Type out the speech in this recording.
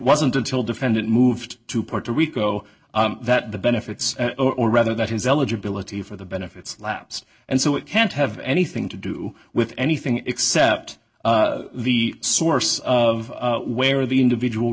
wasn't until defendant moved to puerto rico that the benefits or rather that his eligibility for the benefits lapsed and so it can't have anything to do with anything except the source of where the individual